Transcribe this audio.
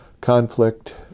conflict